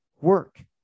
work